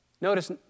Notice